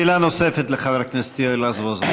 שאלה נוספת לחבר הכנסת יואל רזבוזוב.